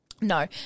no